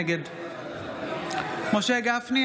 נגד משה גפני,